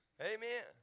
Amen